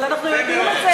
אבל אנחנו יודעים את זה.